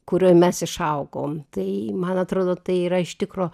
kurioj mes išaugom tai man atrodo tai yra iš tikro